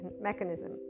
mechanism